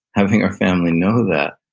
having our family know that,